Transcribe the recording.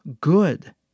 Good